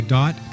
dot